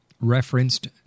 Referenced